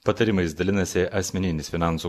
patarimais dalinasi asmeninis finansų